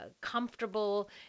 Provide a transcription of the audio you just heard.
comfortable